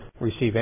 receive